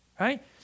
Right